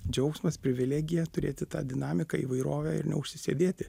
džiaugsmas privilegija turėti tą dinamiką įvairovę ir neužsisėdėti